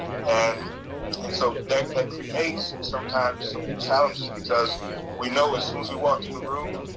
and and so that like creates, sometimes, some challenges because we know as soon as we walk in the room,